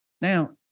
Now